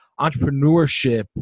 entrepreneurship